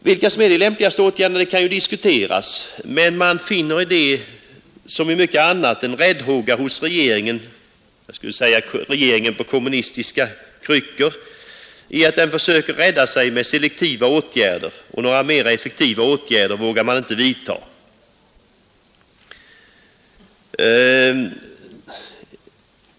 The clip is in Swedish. Vilka som är de lämpligaste åtgärderna kan ju diskuteras, men man finner här som i mycket annat en räddhåga hos regeringen på kommunistiska kryckor, i det att den försöker rädda sig med selektiva ätgärder, och några mera effektiva ätgärder vågar man inte vidtaga.